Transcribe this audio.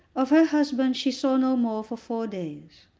of her husband she saw no more for four days.